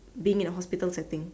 being in a hospital setting